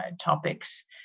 topics